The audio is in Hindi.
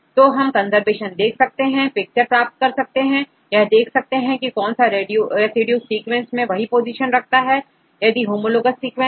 तो हम कंजर्वेशन देख सकते हैं पिक्चर प्राप्त कर सकते हैं और यह देख सकते हैं कि कौन सा रेसिड्यू सीक्वेंस में वही पोजीशन रखता है यदि होमोलॉग सीक्वेंस है